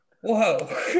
Whoa